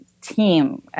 team